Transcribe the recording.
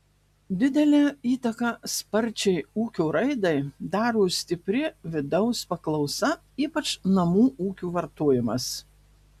didelę įtaką sparčiai ūkio raidai daro stipri vidaus paklausa ypač namų ūkių vartojimas